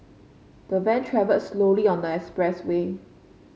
the van travelled slowly on the expressway